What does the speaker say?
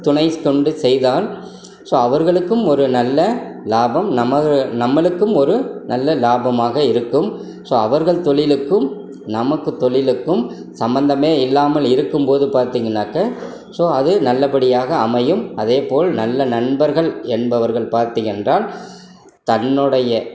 துணைக்கொண்டு செய்தால் ஸோ அவர்களுக்கும் ஒரு நல்ல லாபம் நம்ம நம்மளுக்கும் ஒரு நல்ல லாபமாக இருக்கும் ஸோ அவர்கள் தொழிலுக்கும் நமக்கு தொழிலுக்கும் சம்மந்தமே இல்லாமல் இருக்கும் போது பார்த்தீங்கனாக்க ஸோ அது நல்லபடியாக அமையும் அதேபோல் நல்ல நண்பர்கள் என்பவர்கள் பார்த்தீர்கள் என்றால் தன்னுடைய